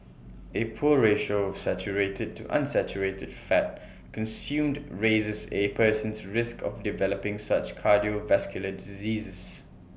A poor ratio of saturated to unsaturated fat consumed raises A person's risk of developing such cardiovascular diseases